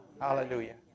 Hallelujah